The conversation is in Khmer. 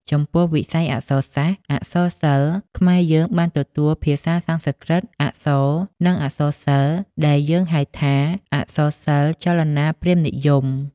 ចំពោះ វិស័យអក្សរសាស្ត្រ អក្សរសិល្ប៍ខ្មែរ ខ្មែរយើងបានទទួលភាសាសំស្ក្រឹត អក្សរ និង អក្សរសិល្ប៍ដែលយើងហៅថាអក្សរសិល្ប៍ចលនា ព្រាហ្មណ៍និយម។